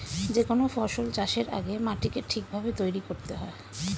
যে কোনো ফসল চাষের আগে মাটিকে ঠিক ভাবে তৈরি করতে হয়